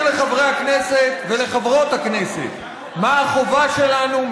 לחברי הכנסת ולחברות הכנסת מה החובה שלנו,